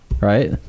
right